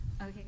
Okay